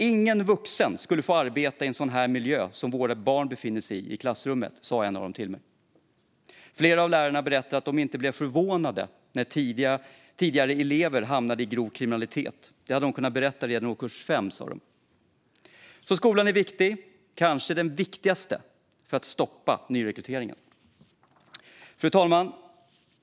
Ingen vuxen skulle få arbeta i en sådan miljö som våra barn befinner sig i, i klassrummet, sa en av dem till mig. Flera lärare berättade att de inte blir förvånade när tidigare elever hamnar i grov kriminalitet. Det hade de kunnat berätta redan i årskurs 5, sa de. Skolan är alltså viktig, kanske det viktigaste, för att stoppa nyrekryteringen. Fru talman!